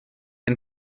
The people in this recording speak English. and